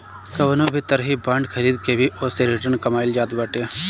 कवनो भी तरही बांड खरीद के भी ओसे रिटर्न कमाईल जात बाटे